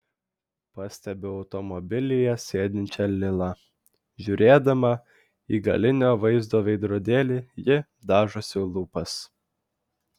pastebiu automobilyje sėdinčią lilą žiūrėdama į galinio vaizdo veidrodėlį ji dažosi lūpas